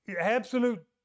absolute